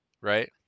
right